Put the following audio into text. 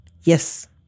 Yes